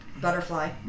butterfly